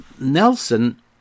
Nelson